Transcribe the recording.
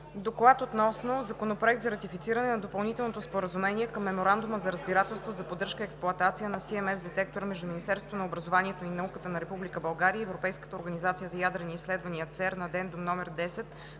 „ДОКЛАД относно Законопроект за ратифициране на Допълнителното споразумение към Меморандума за разбирателство за поддръжка и експлоатация на CMS детектора между Министерството на образованието и науката на Република България и Европейската организация за ядрени изследвания (ЦЕРН) – Addendum №